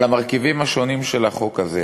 על המרכיבים השונים של החוק הזה